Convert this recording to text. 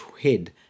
head